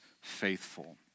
faithful